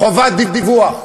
חובת דיווח.